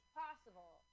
possible